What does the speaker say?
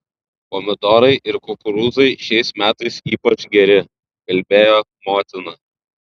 pomidorai ir kukurūzai šiais metais ypač geri kalbėjo motina